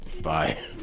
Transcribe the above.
Bye